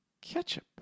ketchup